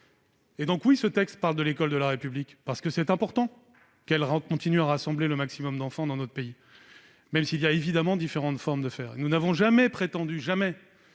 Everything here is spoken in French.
Oui, ce texte traite de l'école de la République : il est important qu'elle continue à rassembler le maximum d'enfants dans notre pays, même s'il y a évidemment différents moyens de le faire. Nous n'avons jamais- jamais